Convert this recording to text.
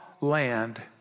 land